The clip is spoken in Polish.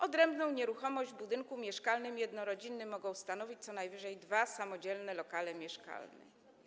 Odrębną nieruchomość w budynku mieszkalnym jednorodzinnym mogą stanowić co najwyżej dwa samodzielne lokale mieszkalne.